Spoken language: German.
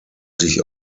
sich